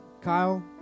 Kyle